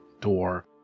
door